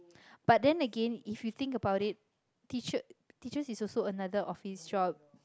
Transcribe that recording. but then again if you think about it teacher teachers is also another office job